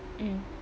mm